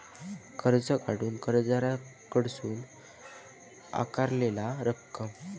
कर्ज काढूक कर्जदाराकडसून आकारलेला रक्कम